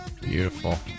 Beautiful